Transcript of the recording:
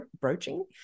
broaching